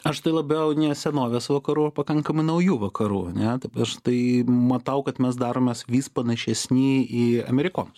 aš tai labiau nė senovės vakarų pakankamai naujų vakarų ane tep aš tai matau kad mes daromės vis panašesni į amerikonus